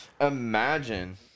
Imagine